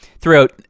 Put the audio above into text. throughout